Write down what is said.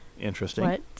Interesting